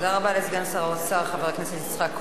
תודה רבה לסגן שר האוצר, חבר הכנסת יצחק כהן.